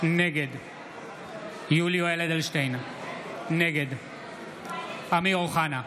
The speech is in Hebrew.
נגד יולי יואל אדלשטיין, נגד אמיר אוחנה,